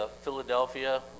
Philadelphia